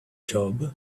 job